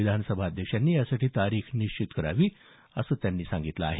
विधानसभा अध्यक्षांनी यासाठी तारीख निश्चित करावी असं त्यांनी म्हटलं आहे